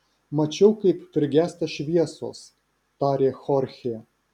mačiau kaip prigęsta šviesos tarė chorchė